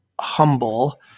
humble